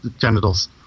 genitals